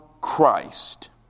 Christ